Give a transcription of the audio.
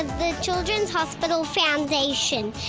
the children's hospital foundation.